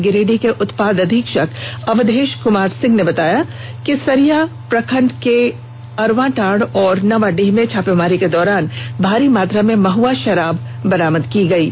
गिरिडीह के उत्पाद अधीक्षक अवधेश कुमार सिंह ने बताया कि सरिया प्रखंड के अरवाटांड़ एवं नावाडीह में छापामारी के दौरान भारी मात्रा में महुआ शराब बरामद की गयी है